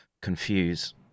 confuse